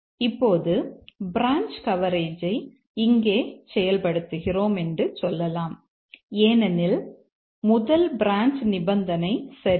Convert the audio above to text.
இப்போது பிரான்ச் கவரேஜை இங்கே செயல்படுத்துகிறோம் என்று சொல்லலாம் ஏனெனில் முதல் பிரான்ச் நிபந்தனை சரிதான்